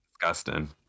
disgusting